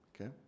okay